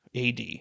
AD